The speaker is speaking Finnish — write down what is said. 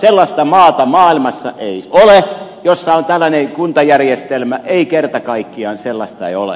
sellaista maata maailmassa ei ole jossa on tällainen kuntajärjestelmä ei kerta kaikkiaan sellaista ei ole